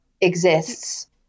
exists